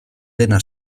dena